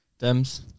Dems